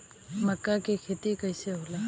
मका के खेती कइसे होला?